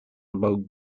about